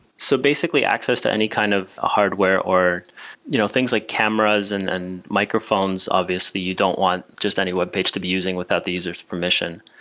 so basically, access to any kind of hardware or you know things like cameras and and microphones obviously, you don't want just any webpage to be using without the user s permission.